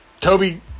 Toby